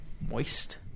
moist